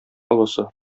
олысы